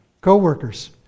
Co-workers